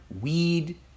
weed